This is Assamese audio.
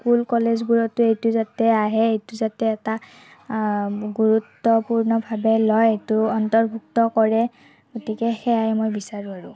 স্কুল কলেজবোৰতো এইটো যাতে আহে এইটো যাতে এটা গুৰুত্বপূৰ্ণভাৱে লয় এইটো অন্তৰ্ভুক্ত কৰে গতিকে সেয়াই মই বিচাৰোঁ আৰু